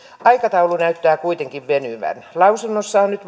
aikataulu näyttää kuitenkin venyvän lausunnossa on nyt